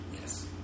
Yes